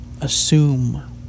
assume